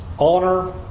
Honor